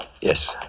Yes